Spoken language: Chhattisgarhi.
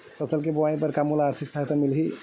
फसल के बोआई बर का मोला आर्थिक सहायता मिलही?